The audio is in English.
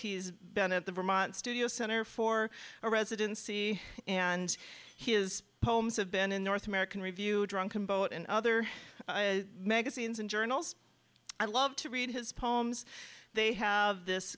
he's been at the vermont studio center for a residency and his poems have been in north american review drunken boat and other magazines and journals i love to read his poems they have this